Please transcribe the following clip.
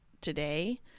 today